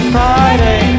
Friday